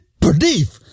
believe